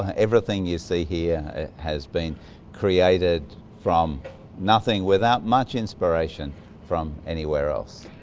ah everything you see here has been created from nothing without much inspiration from anywhere else.